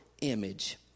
image